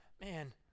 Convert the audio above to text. man